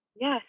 Yes